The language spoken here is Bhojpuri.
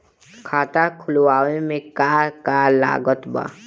खाता खुलावे मे का का लागत बा?